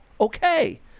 okay